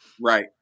Right